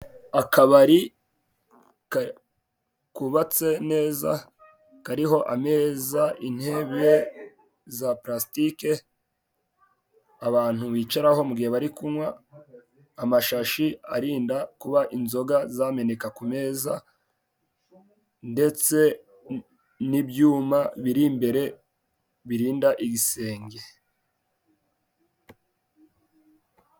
Akabari kubatse neza kariho ameza ,intebe za pulasitike abantu bicaraho mugihe bari kunywa, amashashi arinda kuba inzoga zameneka ku meza ndetse n'ibyuma biri imbere birinda igisenge.